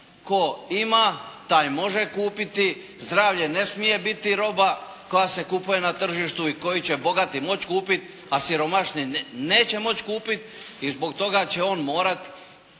Tko ima taj može kupiti, zdravlje ne smije biti roba koja se kupuje na tržištu i koji će bogati moći kupiti a siromašni neće moći kupiti. I zbog toga će on morati